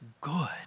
good